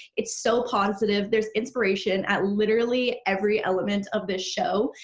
it's so positive, there's inspiration at literally every element of this show.